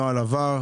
הצבעה הנוהל אושר.